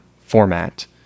format